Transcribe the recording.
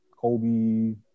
Kobe